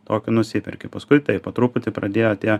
tokį nusiperki paskui taip po truputį pradėjo tie